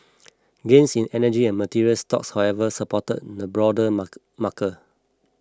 gains in energy and materials stocks however supported the broader marker